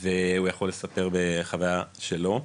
והוא יכול לספר מנקודת המבט שלו,